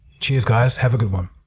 cheers guys, have a good one!